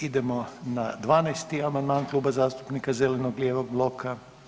Idemo na 12. amandman Kluba zastupnika zeleno-lijevog bloka.